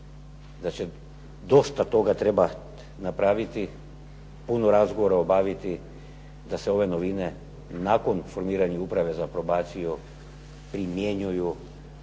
da će dosta toga trebati napraviti, puno razgovora obaviti da se ove novine nakon formiranja Uprave za probaciju primjenjuju